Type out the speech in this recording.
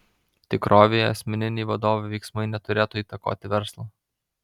tikrovėje asmeniniai vadovo veiksmai neturėtų įtakoti verslo